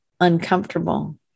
uncomfortable